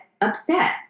upset